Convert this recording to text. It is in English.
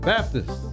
Baptist